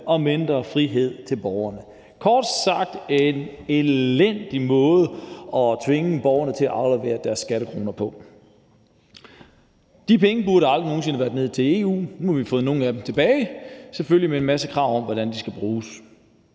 og mindre frihed til borgerne. Kort sagt er det en elendig måde at tvinge borgerne til at aflevere deres skattekroner på. De penge burde aldrig nogen sinde have været nede i EU. Nu har vi fået nogle af dem tilbage, selvfølgelig med en masse krav om, hvordan de skal bruges.